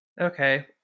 Okay